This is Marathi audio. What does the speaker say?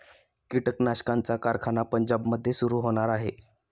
कीटकनाशकांचा कारखाना पंजाबमध्ये सुरू होणार आहे